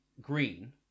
green